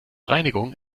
reinigung